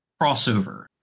crossover